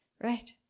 right